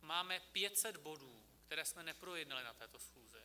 Máme 500 bodů, které jsme neprojednali na této schůzi.